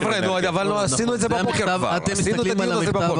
חברה, אבל כבר ערכנו את הדיון הזה בבוקר.